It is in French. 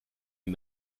est